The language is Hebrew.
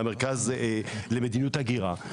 מהמרכז למדיניות הגירה,